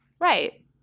Right